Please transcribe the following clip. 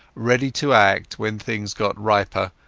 ready to act when things got riper,